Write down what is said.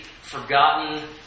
forgotten